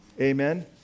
Amen